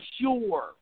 sure